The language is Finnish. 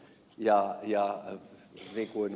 niin kuin ed